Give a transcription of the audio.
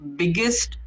biggest